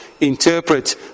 interpret